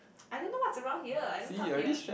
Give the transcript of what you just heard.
I don't know what's around here I don't come here